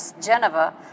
Geneva